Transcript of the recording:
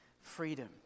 freedom